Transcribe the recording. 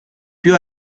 più